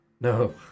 no